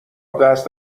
دست